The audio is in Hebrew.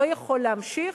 לא יכול להמשיך.